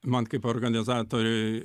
man kaip organizatoriui